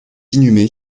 inhumé